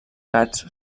gats